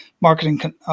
marketing